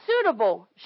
suitable